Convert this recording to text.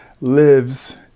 lives